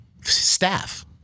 staff